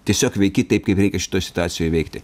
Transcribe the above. tiesiog veiki taip kaip reikia šitoj situacijoj veikti